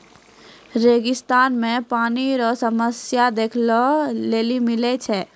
रेगिस्तान मे पानी रो समस्या देखै ले मिलै छै